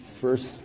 first